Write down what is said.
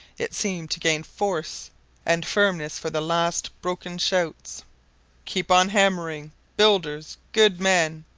it seemed to gain force and firmness for the last broken shouts keep on hammering. builders. good men.